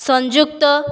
ସଂଯୁକ୍ତ